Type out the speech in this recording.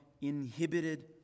inhibited